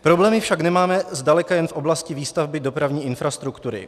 Problémy však nemáme zdaleka jen v oblasti výstavby dopravní infrastruktury.